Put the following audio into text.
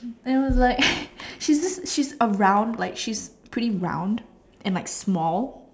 and it was like she's just she's a round like she's pretty round and like small